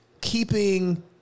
keeping